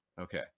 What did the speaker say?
Okay